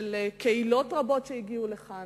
של קהילות רבות שהגיעו לכאן,